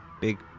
big